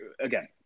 again –